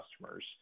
customers